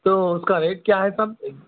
تو اُس کا ریٹ کیا ہے صاحب